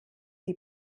die